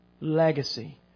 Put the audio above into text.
legacy